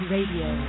Radio